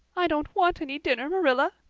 i don't want any dinner, marilla,